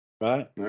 right